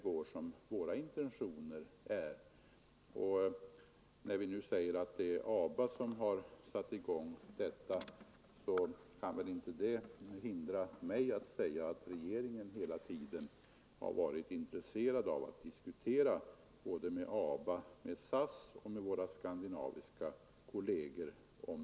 När man nu säger att ABA satt i gång detta kan det inte hindra mig från att framhålla att regeringen hela tiden varit intresserad av att diskutera dessa frågor med både ABA, SAS och våra andra skandinaviska kolleger.